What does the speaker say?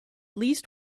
least